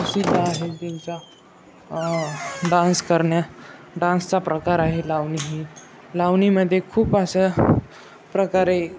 प्रसिद्ध आहे त्यांचा डान्स करण्यास डान्सचा प्रकार आहे लावणी ही लावणीमध्ये खूप अशा प्रकारे